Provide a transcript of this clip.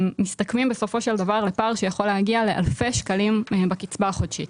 הם מסתכמים בסופו של דבר לפער שיכול להגיע לאלפי שקלים בקצבה החודשית.